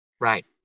Right